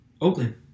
Oakland